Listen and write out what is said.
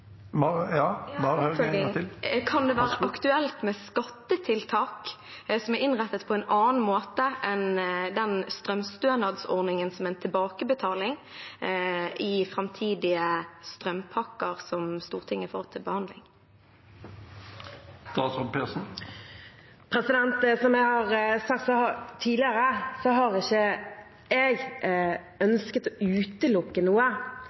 Kan det være aktuelt med skattetiltak som er innrettet på en annen måte enn den strømstønadsordningen, som er en tilbakebetaling, i framtidige strømpakker som Stortinget får til behandling? Som jeg har sagt tidligere, har jeg ikke ønsket å utelukke noe,